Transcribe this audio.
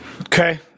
Okay